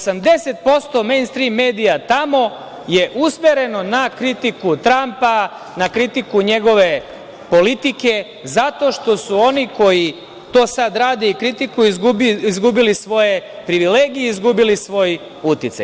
Osamdeset posto mejnstrim medija tamo je usmereno na kritiku Trampa, na kritiku njegove politike zato što su oni koji to sada rade i kritikuju izgubili svoje privilegije, izgubili svoj uticaj.